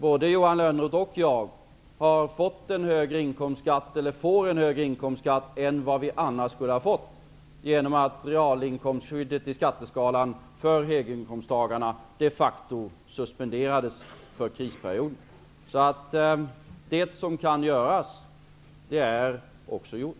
Både Johan Lönnroth och jag har fått en högre inkomstskatt, eller kommer att få det, än vad vi annars skulle ha fått genom att realinkomstskyddet i skatteskalan för höginkomsttagarna de facto suspenderades för krisperioden. Det som kan göras det är också gjort.